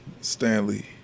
Stanley